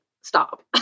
stop